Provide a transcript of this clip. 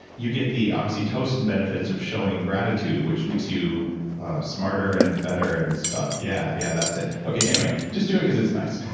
you get the oxytocin benefits of showing gratitude which makes you smarter and better and stuff. yeah, yeah that's it. anyway, just do it because it's nice.